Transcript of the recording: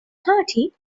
party